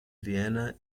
vienna